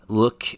look